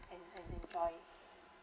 and and enjoy